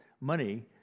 money